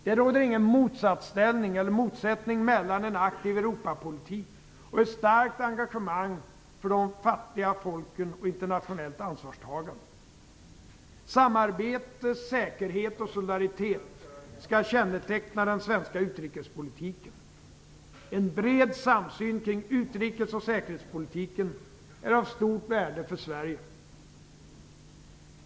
Det råder ingen motsättning mellan en aktiv Europapolitik och ett starkt engagemang för de fattiga folken och internationellt ansvarstagande. Samarbete, säkerhet och solidaritet skall känneteckna den svenska utrikespolitiken. En bred samsyn kring utrikes och säkerhetspolitiken är av stort värde för Sverige.